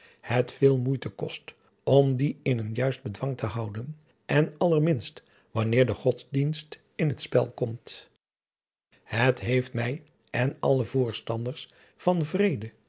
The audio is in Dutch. het veel moeite kost om die in een juist bedwang te houden en allerminst wanneer de godsdienst in het spel komt het heeft mij en alle voorstanders van vrede